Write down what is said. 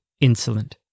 insolent